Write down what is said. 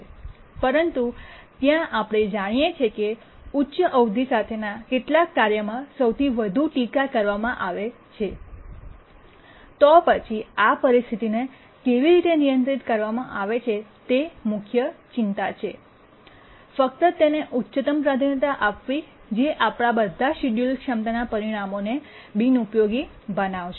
પરંતુ ત્યાં આપણે જાણીએ છીએ કે ઉચ્ચ અવધિ સાથેના કેટલાક કાર્યમાં સૌથી વધુ ટીકા કરવામાં આવે છે તો પછી આ પરિસ્થિતિને કેવી રીતે નિયંત્રિત કરવામાં આવે છે તે મુખ્ય ચિંતા છે ફક્ત તેને ઉચ્ચતમ પ્રાધાન્યતા આપવી જે આપણા બધા શેડ્યૂલ ક્ષમતાના પરિણામોને બિનઉપયોગી બનાવશે